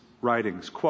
writings